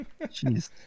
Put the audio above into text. Jeez